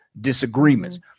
disagreements